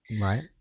right